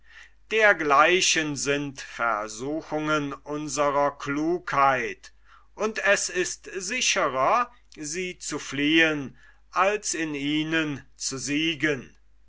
dergleichen sind versuchungen unsrer klugheit und es ist sicherer sie zu fliehen als in ihnen zu siegen